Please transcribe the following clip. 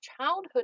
childhood